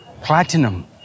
platinum